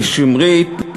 לשמרית,